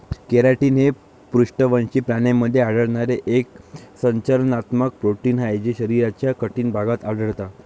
keratin हे पृष्ठवंशी प्राण्यांमध्ये आढळणारे एक संरचनात्मक प्रोटीन आहे जे शरीराच्या कठीण भागात आढळतात